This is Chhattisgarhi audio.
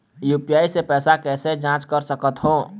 यू.पी.आई से पैसा कैसे जाँच कर सकत हो?